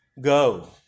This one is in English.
go